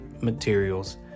materials